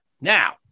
Now